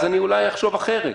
אז אני אולי אחשוב אחרת.